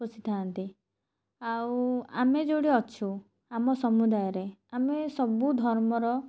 ପୋଷିଥାନ୍ତି ଆଉ ଆମେ ଯେଉଁଠି ଅଛୁ ଆମ ସମୁଦାୟରେ ଆମେ ସବୁ ଧର୍ମର